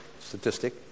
statistic